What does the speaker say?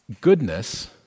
goodness